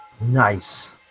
Nice